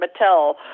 Mattel